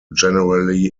generally